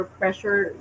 pressure